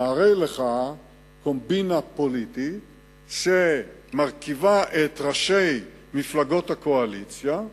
והרי לך קומבינה פוליטית שמרכיבה את ראשי מפלגות הקואליציה,